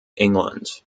england